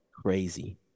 Crazy